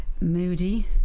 Moody